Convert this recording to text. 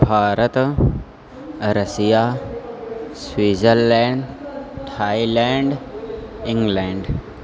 Bharata Russia Switzerland Thailand England